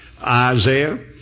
Isaiah